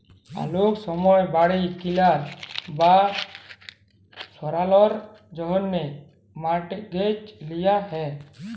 অলেক সময় বাড়ি কিলার বা সারালর জ্যনহে মর্টগেজ লিয়া হ্যয়